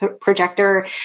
projector